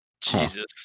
Jesus